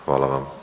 Hvala vam.